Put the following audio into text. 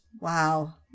Wow